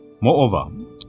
Moreover